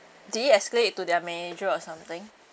did it to their manager or something